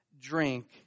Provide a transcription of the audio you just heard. drink